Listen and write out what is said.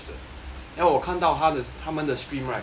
then 我看到他的他们的 stream right